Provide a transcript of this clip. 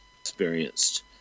experienced